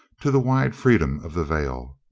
to the wide freedom of the vale.